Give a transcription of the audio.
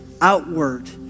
outward